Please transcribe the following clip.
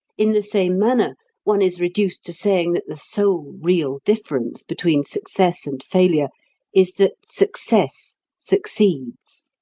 in the same manner one is reduced to saying that the sole real difference between success and failure is that success succeeds.